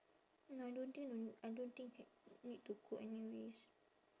nah I don't think no need I don't think can need to cook anyways